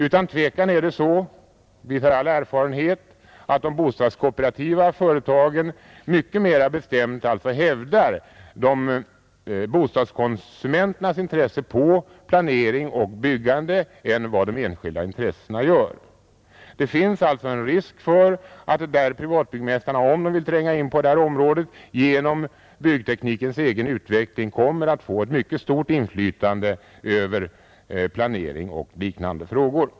Utan tvivel är det så — det visar all erfarenhet — att de kooperativa bostadsföretagen mycket mera bestämt hävdar bostadskonsumenternas intressen när det gäller planering och byggande än vad de enskilda intressenterna gör. Det finns alltså en risk för att privatbyggmästarna, om de vill tränga in på det här området, genom byggteknikens egen utveckling kommer att få ett mycket stort inflytande över planering och liknande frågor.